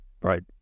Right